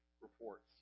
reports